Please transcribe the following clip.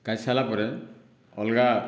କାଚି ସାରିଲା ପରେ ଅଲଗା